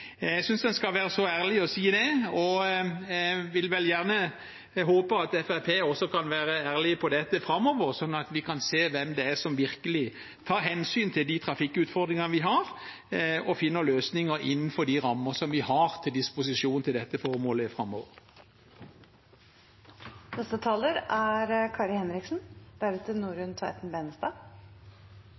Jeg synes en skal være så ærlig å si det. Jeg vil gjerne håpe at Fremskrittspartiet også kan være ærlig på dette framover, sånn at vi kan se hvem det er som virkelig tar hensyn til de trafikkutfordringene vi har, og finner løsninger innenfor de rammer som vi har til disposisjon til dette formålet